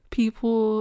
people